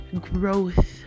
growth